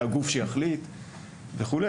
מי הגוף שיחליט וכו'.